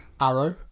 Arrow